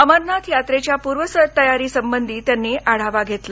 अमरनाथ यात्रेच्या पूर्वतयारीसंबंधी त्यांनी आढावा घेतला